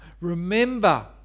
Remember